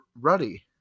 Ruddy